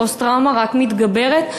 הפוסט-טראומה רק מתגברת.